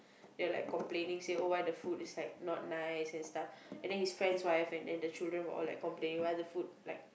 they were like complaining say oh why the food is like not nice and stuff and then his friend's wife and then the children were all like complaining why the food like